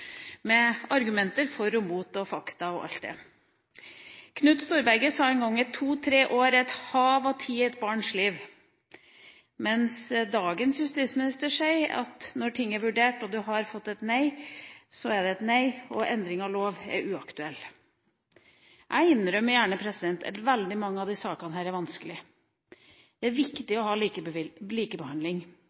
med argumenter for og imot og fakta og alt dette. Knut Storberget sa en gang at to-tre år er et hav av tid i et barns liv, mens dagens justisminister sier at når ting er vurdert og du har fått et nei, så er det et nei, og endring av lov er uaktuelt. Jeg innrømmer gjerne at veldig mange av disse sakene er vanskelige. Det er viktig å ha likebehandling.